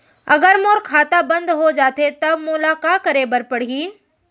अगर मोर खाता बन्द हो जाथे त मोला का करे बार पड़हि?